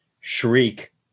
shriek